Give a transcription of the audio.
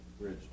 bridge